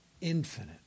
infinite